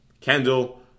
Kendall